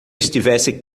estivesse